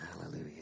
Hallelujah